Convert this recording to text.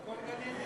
הכול גן-עדן.